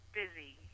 busy